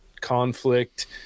conflict